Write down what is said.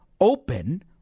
open